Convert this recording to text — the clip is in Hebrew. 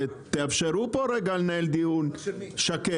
תאפשרו פה רגע לנהל דיון שקט.